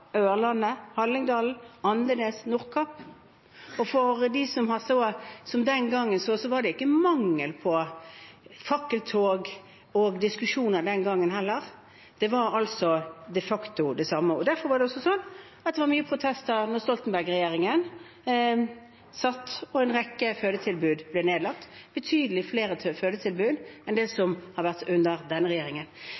Som man så, var det ikke mangel på fakkeltog og diskusjoner den gangen heller. Det var de facto det samme. Derfor var det mange protester da Stoltenberg-regjeringen satt og en rekke fødetilbud ble nedlagt – betydelig flere fødetilbud enn under denne regjeringen. Det